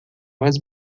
mais